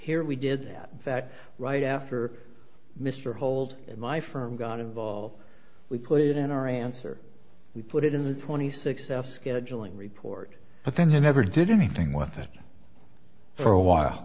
here we did that fact right after mr hold and my firm got involved we put it in our answer we put it in the twenty six f scheduling report but then he never did anything with it for a while